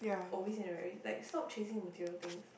always in a rat race like stop chasing material things